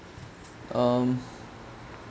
um